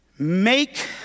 Make